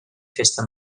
festa